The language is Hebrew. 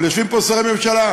אבל יושבים פה שרי ממשלה.